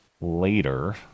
later